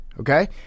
Okay